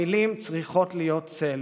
מילים צריכות להיות צל",